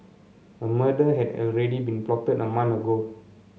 a murder had already been plotted a month ago